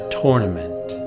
tournament